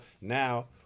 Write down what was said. now –